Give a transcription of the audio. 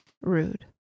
Rude